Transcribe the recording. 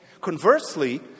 Conversely